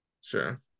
Sure